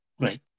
Right